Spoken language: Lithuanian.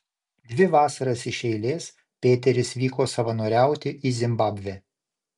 dvi vasaras iš eilės pėteris vyko savanoriauti į zimbabvę